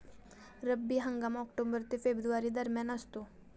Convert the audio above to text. रब्बी हंगाम ऑक्टोबर ते फेब्रुवारी दरम्यान असतो